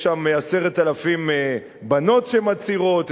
יש שם 10,000 בנות שמצהירות,